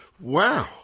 Wow